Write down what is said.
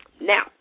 Now